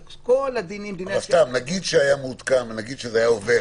נגיד שזה היה מעודכן ונגיד שזה היה עובר,